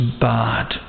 bad